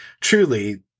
truly